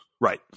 Right